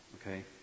okay